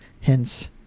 Hence